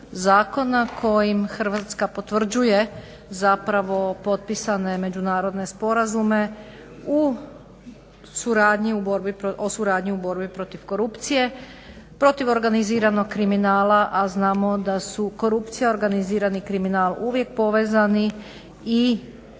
Hrvatska potvrđuje potpisane međunarodne sporazume u suradnji u borbi protiv korupcije, protiv organiziranog kriminala, a znamo da su korupcija i organizirani kriminal uvijek povezani i